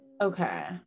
okay